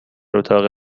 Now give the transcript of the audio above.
اتاق